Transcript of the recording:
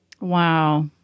Wow